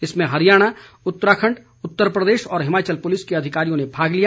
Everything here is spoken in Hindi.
इसमें हरियाणा उत्तराखंड उत्तर प्रदेश और हिमाचल पुलिस के अधिकारियों ने भाग लिया